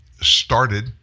started